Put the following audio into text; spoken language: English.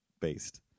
based